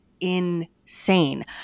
insane